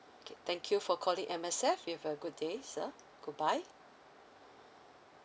okay thank you for calling M_S_F you have a good day sir goodbye